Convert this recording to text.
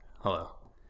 Hello